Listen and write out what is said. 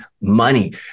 money